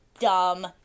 dumb